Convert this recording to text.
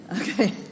Okay